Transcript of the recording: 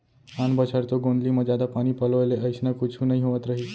आन बछर तो गोंदली म जादा पानी पलोय ले अइसना कुछु नइ होवत रहिस